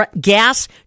gas